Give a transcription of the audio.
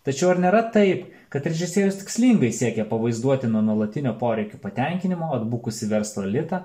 tačiau ar nėra taip kad režisierius tikslingai siekė pavaizduoti nuo nuolatinio poreikių patenkinimo atbukusį verslo elitą